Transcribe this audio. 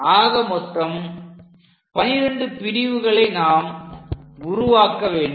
ஆக மொத்தம் 12 பிரிவுகளை நாம் உருவாக்க வேண்டும்